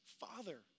Father